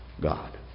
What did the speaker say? God